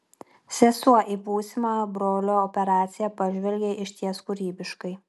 sesuo į būsimą brolio operaciją pažvelgė išties kūrybiškai